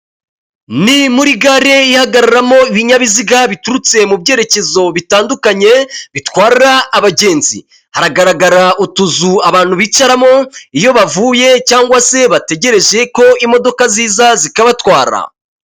Ni muri gare ihagaramo ibinyabiziga biturutse mu byerekezo bitandukanye, bitwara abagenzi hagaragara utuzu abantu bicaramo, iyo bavuye cyangwag se bategereje ko imodoka ziza zikabatwara.